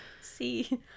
See